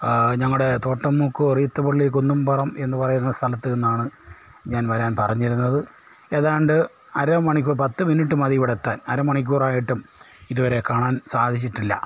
ഞങ്ങളുടെ തോട്ടം കൊറിയത്ത് പള്ളി കുന്നം പുറം എന്ന് പറയുന്ന സ്ഥലത്ത് നിന്നാണ് ഞാൻ വരാൻ പറഞ്ഞിരുന്നത് ഏതാണ്ട് അരമണിക്കൂർ പത്ത് മിനിറ്റ് മതി ഇവിടെത്താൻ അരമണിക്കൂറായിട്ടും ഇതുവരെ കാണാൻ സാധിച്ചിട്ടില്ല